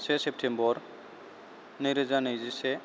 से सेप्तेम्बर नैरोजा नैजिसे